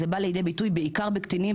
זה בא לידי ביטוי בעיקר בקטינים,